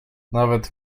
nawet